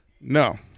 No